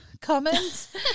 comments